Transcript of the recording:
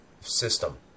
system